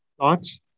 Thoughts